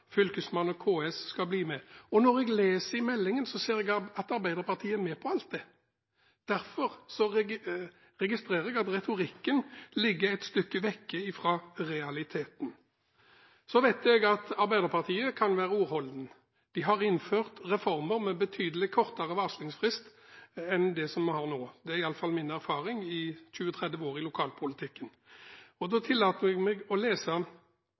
Fylkesmannen og KS skal være med. Når jeg leser i innstillingen, ser jeg at Arbeiderpartiet er med på alt dette. Derfor registrerer jeg at retorikken ligger et stykke vekk fra realiteten. Jeg vet at Arbeiderpartiet kan være ordholden. De har innført reformer med betydelig kortere varslingsfrist enn den vi har nå. Det er i alle fall min erfaring gjennom 20–30 år i lokalpolitikken. Da tillater jeg meg å lese